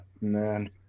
man